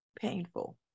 painful